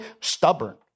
Stubborn